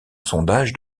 sondage